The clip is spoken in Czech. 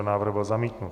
Návrh byl zamítnut.